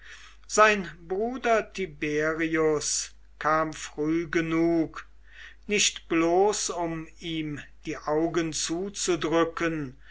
sein bruder tiberius kam früh genug nicht bloß um ihm die augen zuzudrücken